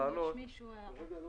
רבע שעה הפסקה.